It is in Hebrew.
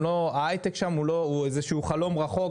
ההייטק שם הוא איזה שהוא חלום רחוק,